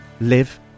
live